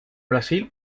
brasil